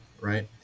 right